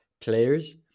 players